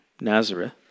Nazareth